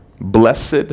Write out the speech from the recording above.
blessed